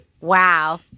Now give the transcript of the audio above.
Wow